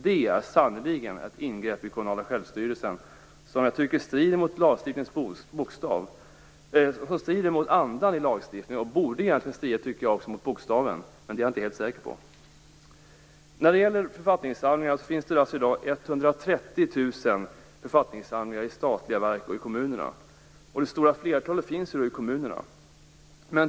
Det är ett ingrepp i den kommunala självstyrelsen som jag tycker sannerligen strider mot andan i lagstiftningen. Kanske strider den också mot lagens bokstav, men det är jag inte helt säker på. Vad gäller författningssamlingar vill jag säga att det i dag finns 130 000 sådana i statliga verk och i kommuner och att det stora flertalet finns i kommunerna.